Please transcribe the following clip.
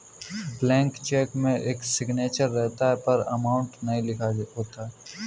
blank cheque में signature रहता है पर अमाउंट नहीं लिखा होता है